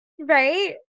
right